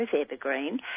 evergreen